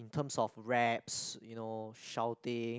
in terms of raps you know shouting